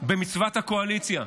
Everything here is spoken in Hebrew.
במצוות הקואליציה.